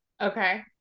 Okay